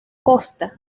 costa